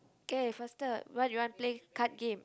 k faster what you want play card game